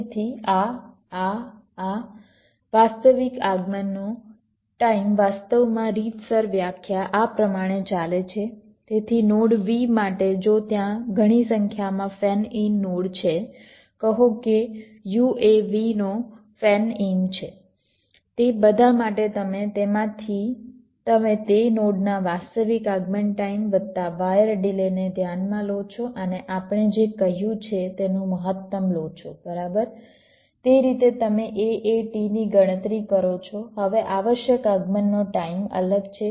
તેથી આ આ આ વાસ્તવિક આગમનનો ટાઈમ વાસ્તવમાં રીતસર વ્યાખ્યા આ પ્રમાણે ચાલે છે તેથી નોડ v માટે જો ત્યાં ધણી સંખ્યામાં ફેન ઈન નોડ છે કહો કે u એ v નો ફેન ઈન છે તે બધા માટે તમે તેમાંથી તમે તે નોડના વાસ્તવિક આગમન ટાઈમ વત્તા વાયર ડિલેને ધ્યાનમાં લો છો અને આપણે જે કર્યું છે તેનું મહત્તમ લો છો બરાબર તે રીતે તમે AAT ની ગણતરી કરો છો હવે આવશ્યક આગમનનો ટાઈમ અલગ છે